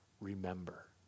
remember